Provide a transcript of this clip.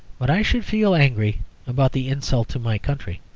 but i should feel angry about the insult to my country.